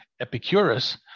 Epicurus